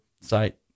site